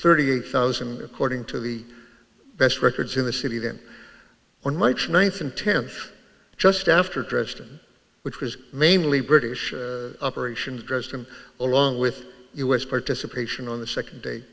thirty eight thousand according to the best records in the city then when mike's ninth and tenth just after dressed in which was mainly british operations dresden along with u s participation on the second day